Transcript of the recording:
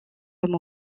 femme